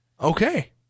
Okay